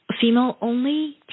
female-only